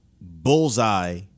bullseye